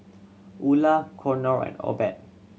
Ula Conor and Obed